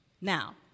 Now